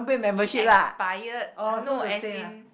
he expired no as in